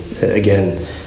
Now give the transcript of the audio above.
Again